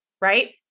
right